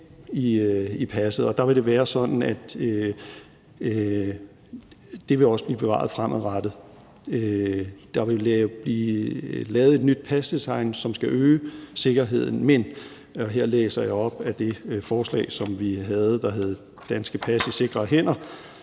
i passet. Der vil det være sådan, at det også vil blive bevaret fremadrettet. Der vil blive lavet et nyt pasdesign, som skal øge sikkerheden, men – og her læser jeg op af det forslag, som vi havde, som hed »Det danske pas i sikre hænder«: